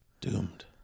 Doomed